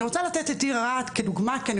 אני רוצה לתת את העיר רהט כדוגמה כי אני